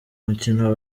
umukino